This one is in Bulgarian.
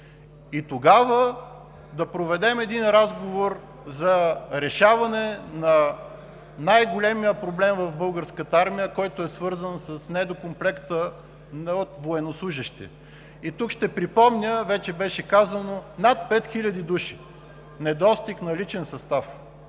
и тогава да проведем разговор за решаване на най-големия проблем в Българската армия, който е свързан с недокомплекта от военнослужещи. Тук ще припомня, вече беше казано, над 5 хиляди души недостиг на личен състав.